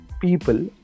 people